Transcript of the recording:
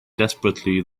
desperately